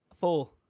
Four